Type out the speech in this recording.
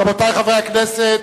רבותי חברי הכנסת,